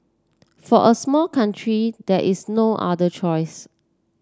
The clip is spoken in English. for a small country there is no other choice